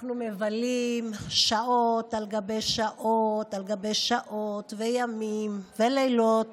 אנחנו מבלים שעות על גבי שעות על גבי שעות וימים ולילות